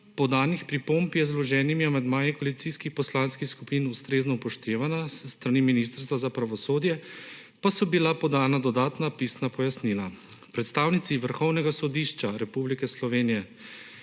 podanih pripomb je z vloženimi amandmaji v koalicijski poslanski skupini ustrezno upoštevana, s strani Ministrstva za pravosodje pa so bila podna dodatna pisna pojasnila. Predstavnici Vrhovnega sodišča Republike Slovenije